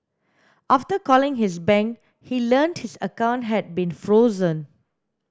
after calling his bank he learnt his account had been frozen